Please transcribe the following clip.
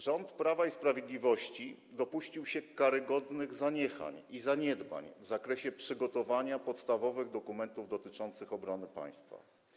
Rząd Prawa i Sprawiedliwości dopuścił się karygodnych zaniechań i zaniedbań w zakresie przygotowania podstawowych dokumentów dotyczących obronności państwa.